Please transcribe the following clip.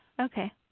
Okay